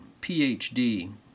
PhD